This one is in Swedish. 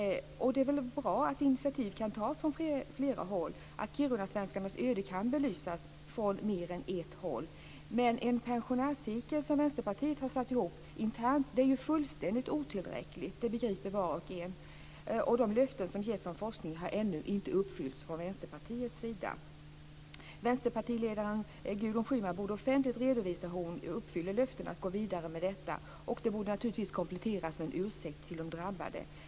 Det är bra att initiativ kan tas från flera håll, så att kirunasvenskarnas öde kan belysas från mer än ett håll. En pensionärscirkel som Vänsterpartiet har satt ihop internt är fullständigt otillräckligt - det begriper var och en. De löften som getts om forskning har ännu inte uppfyllts från Vänsterpartiets sida. Vänsterpartiledaren Gudrun Schyman borde offentligt redovisa hur hon uppfyller löftena att gå vidare med detta. Det borde naturligtvis kompletteras med en ursäkt till de drabbade.